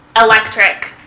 electric